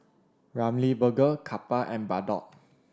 Ramly Burger Kappa and Bardot